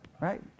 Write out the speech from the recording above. right